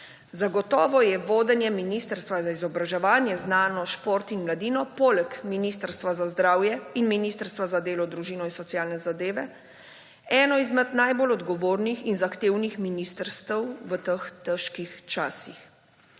Zagotovo je vodenje Ministrstva za izobraževanje, znanost in šport poleg Ministrstva za zdravje in Ministrstva za delo, družino, socialne zadeve in enake možnosti eno izmed najbolj odgovornih in zahtevnih ministrstev v teh težkih časih.